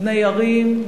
בני ערים,